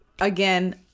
again